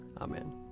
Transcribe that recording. Amen